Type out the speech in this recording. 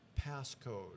passcode